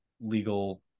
legal